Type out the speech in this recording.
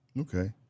Okay